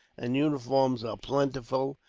and uniforms are plentiful.